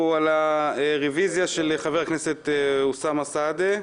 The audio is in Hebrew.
על הרוויזיה של חבר הכנסת אוסאמה סעדי.